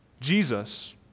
Jesus